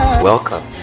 Welcome